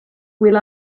will